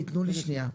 פתרון.